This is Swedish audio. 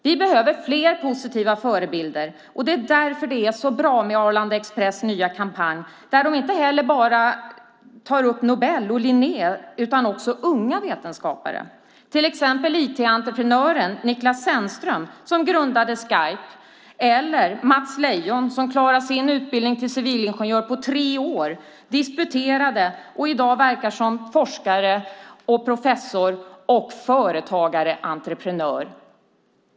Vi behöver fler positiva förebilder. Det är därför som det är så bra med Arlanda Express nya kampanj där de inte bara tar upp Nobel och Linné utan också unga vetenskapare, till exempel IT-entreprenören Niklas Zennström som grundade Skype och Mats Leijon som klarade sin utbildning till civilingenjör på tre år, disputerade och i dag verkar som forskare, professor, företagare och entreprenör.